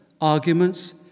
arguments